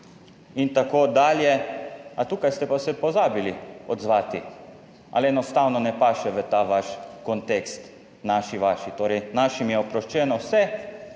itd., a tukaj ste pa se pozabili odzvati, ali enostavno ne paše v ta vaš kontekst, naši, vaši. Torej, našim je oproščeno, vse